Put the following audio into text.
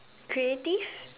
creative